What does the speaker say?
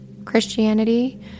Christianity